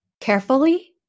carefully